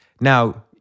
Now